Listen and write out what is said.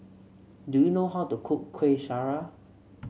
do you know how to cook Kueh Syara